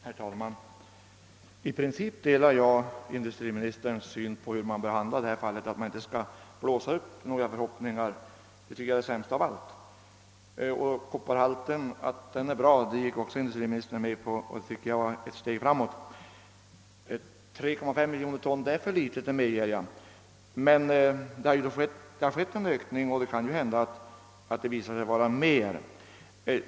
Herr talman! I princip delar jag industriministerns syn på hur man skall behandla detta fall. Man skall inte blåsa under några förhoppningar ty det vore det sämsta man kunde göra. Industriministern gick med på att kopparhalten är bra, vilket är ett steg framåt. Jag medger att en brytning på 3,5 miljoner ton är för liten, men det har skett en ökning i uppskattningen av mängden och det kan ju hända att brytningen kan bli större.